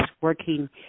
working